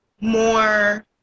more